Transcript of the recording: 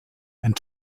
and